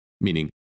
meaning